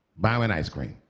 buy him an ice cream.